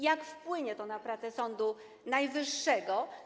Jak wpłynie to na pracę Sądu Najwyższego?